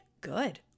good